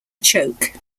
choke